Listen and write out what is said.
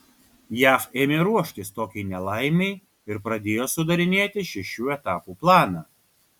jav ėmė ruoštis tokiai nelaimei ir pradėjo sudarinėti šešių etapų planą